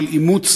של אימוץ